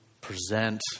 present